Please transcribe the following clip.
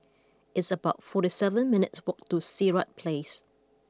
it's about forty seven minutes' walk to Sirat Place